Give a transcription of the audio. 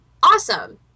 awesome